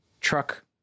truck